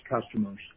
customers